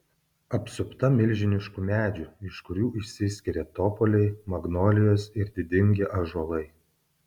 apsupta milžiniškų medžių iš kurių išsiskiria topoliai magnolijos ir didingi ąžuolai